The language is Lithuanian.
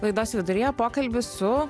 laidos viduryje pokalbis su